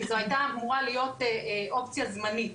כי זאת הייתה אמורה להיות אופציה זמנית.